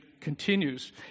continues